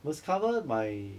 must cover my